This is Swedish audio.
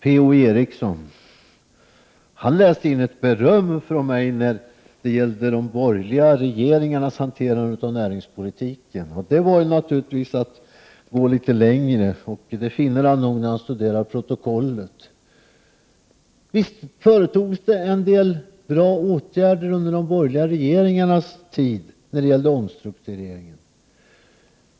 Per-Ola Eriksson läste in ett beröm i det jag sade när det gällde de borgerliga regeringarnas hantering av näringspolitken. Det var att gå litet långt. Det finner han nog när han studerar protokollet. Visst företogs en del bra åtgärder under de borgerliga regeringarnas tid när det gällde omstruktureringen.